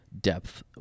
depth